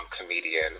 comedian